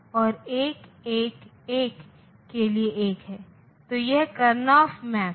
तो उस समझ के साथ मुझे संख्या का प्रतिनिधित्व करने के लिए 3 बिट मिले हैं